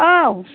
औ